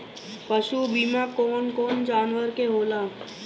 पशु बीमा कौन कौन जानवर के होला?